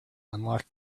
unlock